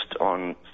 on